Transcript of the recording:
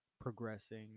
progressing